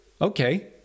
Okay